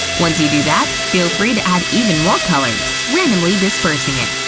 once you do that, feel free to add even more colors, randomly dispersing it.